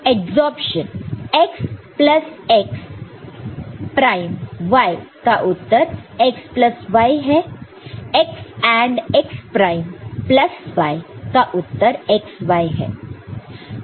adsorption x plus x prime y का उत्तर x plus y है x AND x prime plus y का उत्तर xy है